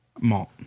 malt